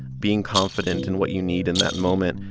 being confident in what you need in that moment.